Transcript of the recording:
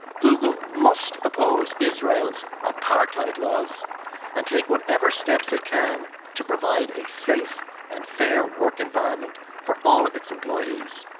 google must oppose israel's apartheid laws and take whatever steps it can to provide a safe and fair work environment for all of its employees.